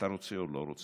אתה רוצה או לא רוצה,